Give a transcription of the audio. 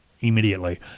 immediately